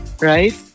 Right